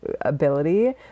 ability